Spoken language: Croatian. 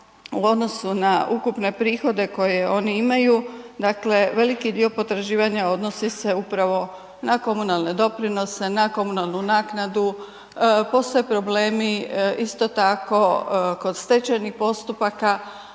u odnosu na ukupne prihode koje oni imaju dakle veliki dio potraživanja odnosi se upravo na komunalne doprinose, na komunalnu naknadu. Postoje problemi isto tako kod stečajnih postupaka,